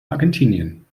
argentinien